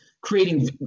creating